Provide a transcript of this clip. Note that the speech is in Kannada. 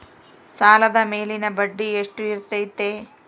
ಸಾಲದ ಮೇಲಿನ ಬಡ್ಡಿ ಎಷ್ಟು ಇರ್ತೈತೆ?